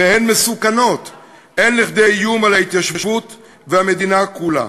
והן מסוכנות עד כדי איום על ההתיישבות והמדינה כולה.